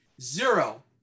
zero